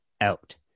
out